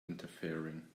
interfering